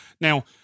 Now